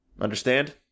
Understand